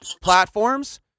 platforms